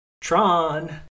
Tron